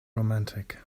romantic